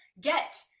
get